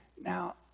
Now